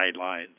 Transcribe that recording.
guidelines